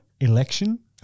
Election